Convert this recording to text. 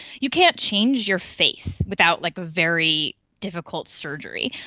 you can't change your face without like ah very difficult surgery.